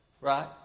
Right